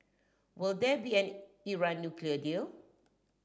will there be an Iran nuclear deal